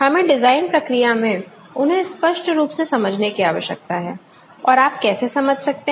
हमें डिजाइन प्रक्रिया में उन्हें स्पष्ट रूप से समझने की आवश्यकता है और आप कैसे समझ सकते हैं